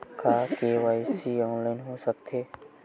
का KYC online हो सकथे?